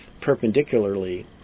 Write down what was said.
perpendicularly